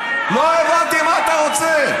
לא הבנתי מה אתה רוצה.